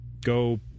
go